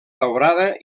daurada